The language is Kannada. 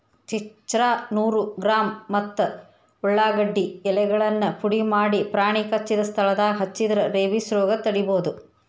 ಚಿರ್ಚ್ರಾ ನೂರು ಗ್ರಾಂ ಮತ್ತ ಉಳಾಗಡ್ಡಿ ಎಲೆಗಳನ್ನ ಪುಡಿಮಾಡಿ ಪ್ರಾಣಿ ಕಚ್ಚಿದ ಸ್ಥಳದಾಗ ಹಚ್ಚಿದ್ರ ರೇಬಿಸ್ ರೋಗ ತಡಿಬೋದು